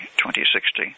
2060